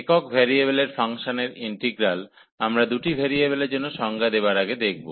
একক ভেরিয়েবলের ফাংশনের ইন্টিগ্রাল আমরা দুটি ভেরিয়েবলের জন্য সংজ্ঞা দেবার আগে দেখব